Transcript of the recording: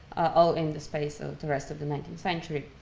all in the space of the rest of the nineteenth century.